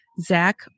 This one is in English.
Zach